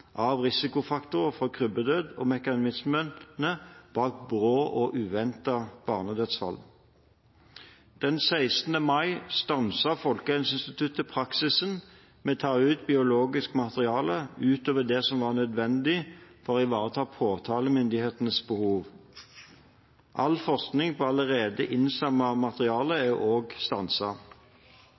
av risikofaktorer for krybbedød og mekanismene bak brå og uventede barnedødsfall. Den 16. mai stanset Folkehelseinstituttet praksisen med å ta ut biologisk materiale utover det som var nødvendig for å ivareta påtalemyndighetens behov. All forskning på allerede innsamlet materiale er